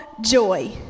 joy